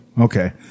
Okay